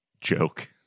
joke